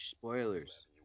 Spoilers